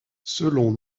selon